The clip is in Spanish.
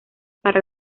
para